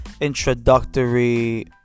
introductory